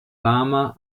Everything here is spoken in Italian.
lama